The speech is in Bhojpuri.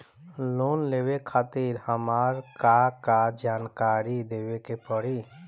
लोन लेवे खातिर हमार का का जानकारी देवे के पड़ी?